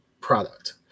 product